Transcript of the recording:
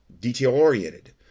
detail-oriented